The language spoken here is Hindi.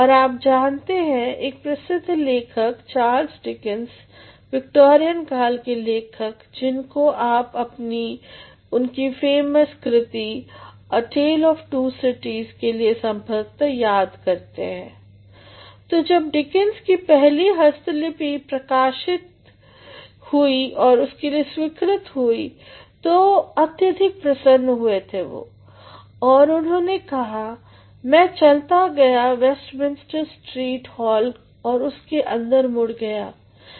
और आप जानते हैं एक प्रसिद्द लेखक चार्ल्स डिकेन्स विक्टोरियन काल के लेखक जिनको आप उनकी फेमस कृति A Tale of Two Cities के लिए संभवतः याद करते हैं तो जब डिकेन्स की पहली हस्तलिपि प्रकाशन के लिए स्वीकृत हो गयी वो अत्यधिक प्रसन्न हुए थे और उन्होंने कहा मैं चलता गया वेस्टमिनिस्टर स्ट्रीट हॉल और उसके अंदर मुड़ गया